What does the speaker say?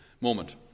moment